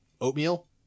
oatmeal